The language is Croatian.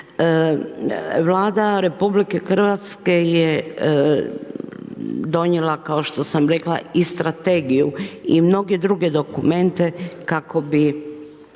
Vlada RH je donijela kao što sam rekla i strategiju i mnoge druge dokumente kako bi